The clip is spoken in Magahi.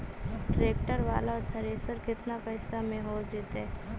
ट्रैक्टर बाला थरेसर केतना पैसा में हो जैतै?